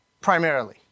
primarily